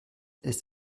ist